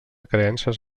creences